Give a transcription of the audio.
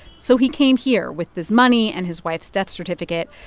so he came here with this money and his wife's death certificate.